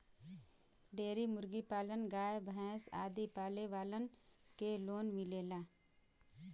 dairy मुर्गी पालन गाय भैस आदि पाले वालन के लोन मिलेला